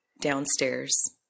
downstairs